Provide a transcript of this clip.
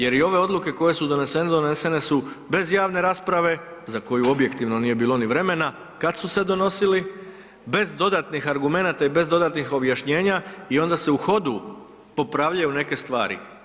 Jer i ove odluke koje su donesene, donesene su bez javne rasprave za koju objektivno nije bilo ni vremena kad su se donosili bez dodatnih argumenata i bez dodatnih objašnjenja i onda se u hodu popravljaju neke stvari.